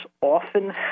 often